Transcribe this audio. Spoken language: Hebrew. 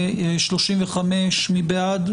הסתייגות 35. מי בעד?